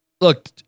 Look